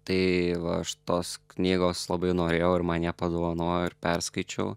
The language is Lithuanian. tai va aš tos knygos labai norėjau ir man ją padovanojo ir perskaičiau